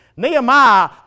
Nehemiah